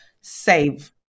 save